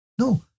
No